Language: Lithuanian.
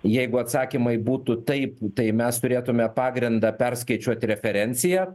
jeigu atsakymai būtų taip tai mes turėtume pagrindą perskaičiuoti referenciją